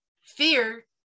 fear